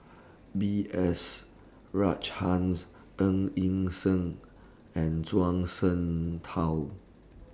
B S Rajhans Ng Yi Sheng and Zhuang Shengtao